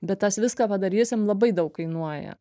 bet tas viską padarysim labai daug kainuoja